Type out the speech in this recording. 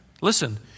listen